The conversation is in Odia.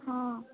ହଁ